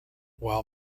while